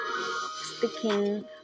sticking